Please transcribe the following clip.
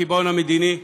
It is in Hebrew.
הקיבעון המדיני,